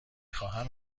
خواهم